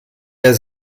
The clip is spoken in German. der